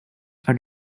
are